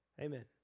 Amen